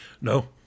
No